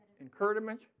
encouragement